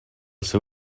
seu